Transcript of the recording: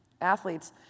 athletes